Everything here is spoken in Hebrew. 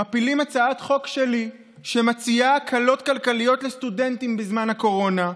מפילים הצעת חוק שלי שמציעה הקלות כלכליות לסטודנטים בזמן הקורונה,